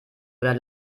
oder